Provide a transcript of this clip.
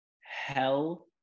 Hell